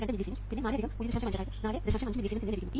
5 millisiemens എന്നിവ ലഭിക്കുന്നു